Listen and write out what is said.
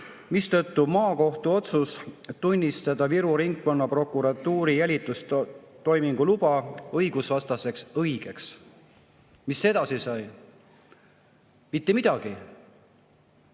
mistõttu on maakohtu otsus tunnistada Viru Ringkonnaprokuratuuri jälitustoimingu luba õigusvastaseks, õige. Mis edasi sai? Mitte midagi.